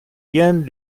ihren